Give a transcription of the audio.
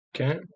Okay